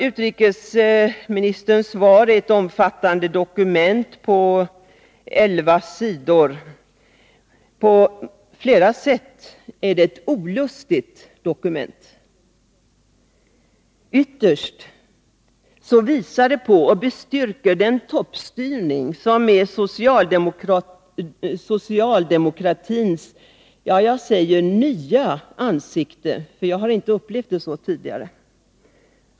Utrikesministerns svar är ett omfattande dokument på elva maskinskrivna sidor. Det är på flera sätt ett olustigt dokument. Ytterst visar det på och bestyrker den toppstyrning som är socialdemokratins nya ansikte — jag har i alla fall inte upplevt det så tidigare.